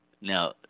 Now